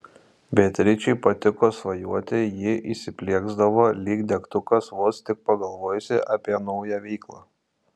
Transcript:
beatričei patiko svajoti ji įsiplieksdavo lyg degtukas vos tik pagalvojusi apie naują veiklą